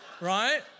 right